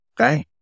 Okay